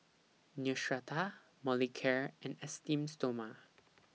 Neostrata Molicare and Esteem Stoma